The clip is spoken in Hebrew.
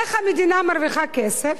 איך המדינה מרוויחה כסף?